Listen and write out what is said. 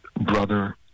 brother